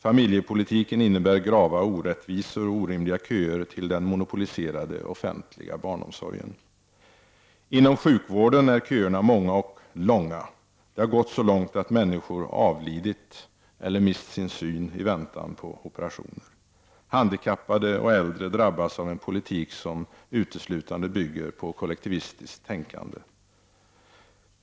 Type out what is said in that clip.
Familjepolitiken innebär grava orättvisor och orimliga köer till den monopoliserade offentliga barnomsorgen. Inom sjukvården är köerna många och långa. Det har gått så långt att människor avlidit eller mist sin syn i väntan på operationer. Handikappade och äldre drabbas av en politik som uteslutande bygger på kollektivistiskt tänkande.